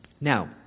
Now